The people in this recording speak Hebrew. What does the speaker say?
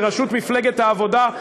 בראשות מפלגת העבודה,